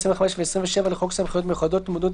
25 ו - 27 לחוק סמכויות מיוחדות להתמודדות